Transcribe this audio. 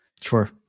Sure